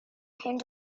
came